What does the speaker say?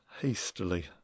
hastily